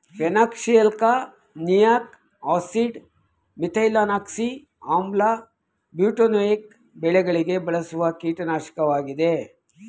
phenoxyalkanoic acid, methylphenoxy ಆಮ್ಲ, butanoic ಬೆಳೆಗಳಿಗೆ ಬಳಸುವ ಕೀಟನಾಶಕವಾಗಿದೆ